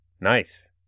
Nice